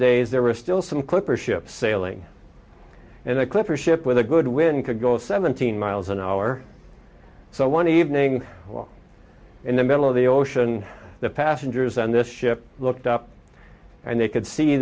days there was still some clipper ship sailing and a clipper ship with a good win could go seventeen miles an hour so one evening in the middle of the ocean the passengers on this ship looked up and they could see